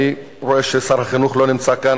אני רואה ששר החינוך לא נמצא כאן,